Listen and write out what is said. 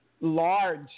large